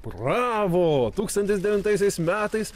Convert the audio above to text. bravo tūkstantis devintaisiais metais